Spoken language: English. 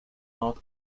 not